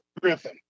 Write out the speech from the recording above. Griffin